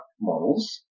models